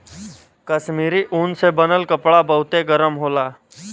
कश्मीरी ऊन से बनल कपड़ा बहुते गरम होला